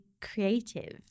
creative